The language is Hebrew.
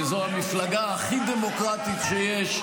ושזו המפלגה הכי דמוקרטית יש.